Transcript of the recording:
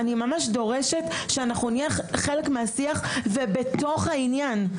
אני ממש דורשת שאנחנו נהיה חלק מהשיח ובתוך העניין.